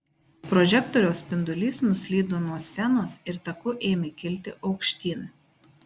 prožektoriaus spindulys nuslydo nuo scenos ir taku ėmė kilti aukštyn